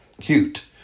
Cute